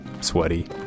sweaty